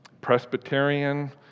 Presbyterian